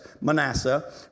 Manasseh